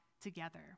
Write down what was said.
together